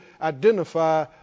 identify